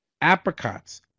apricots